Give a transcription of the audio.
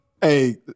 Hey